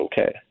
okay